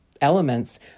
elements